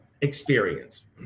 experience